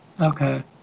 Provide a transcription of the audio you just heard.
Okay